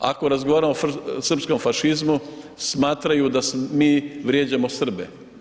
Ako razgovaramo o srpskom fašizmu smatraju da mi vrijeđamo Srbe.